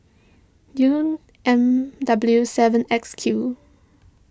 U M W seven X Q